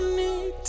need